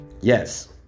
Yes